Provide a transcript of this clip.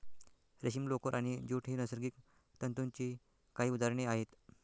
रेशीम, लोकर आणि ज्यूट ही नैसर्गिक तंतूंची काही उदाहरणे आहेत